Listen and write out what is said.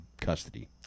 custody